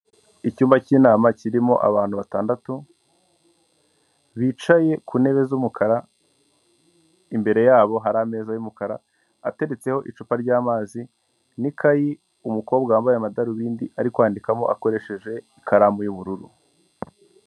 Icyumba cy'inama kirimo abantu batandatu bicaye ku ntebe z'umukara, imbere yabo hari ameza y'umukara ateretseho icupa ry'amazi n'ikayi umukobwa wambaye amadarubindi ari kwandikamo akoresheje ikaramu y'ubururu.